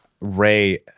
Ray